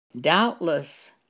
Doubtless